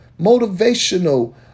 motivational